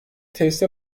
tesise